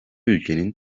ülkenin